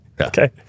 Okay